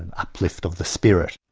and uplift of the spirit.